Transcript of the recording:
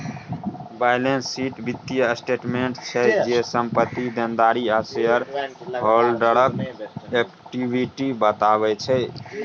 balance sheet बित्तीय statement छै जे, संपत्ति, देनदारी आ शेयर हॉल्डरक इक्विटी बताबै छै